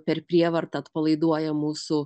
per prievartą atpalaiduoja mūsų